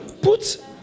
put